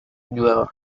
jueva